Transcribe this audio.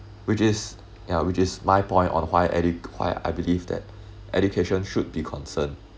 which is yeah which is my point on why educ~ why I believe that education should be concerned